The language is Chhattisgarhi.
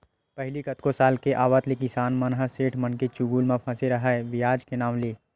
पहिली कतको साल के आवत ले किसान मन ह सेठ मनके चुगुल म फसे राहय बियाज के नांव ले